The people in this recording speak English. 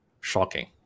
shocking